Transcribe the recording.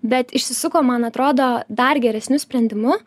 bet išsisukom man atrodo dar geresniu sprendimu